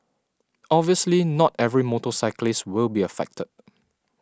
obviously not every motorcyclist will be affected